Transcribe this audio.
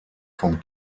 vom